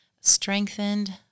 strengthened